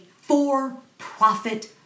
for-profit